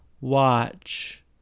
watch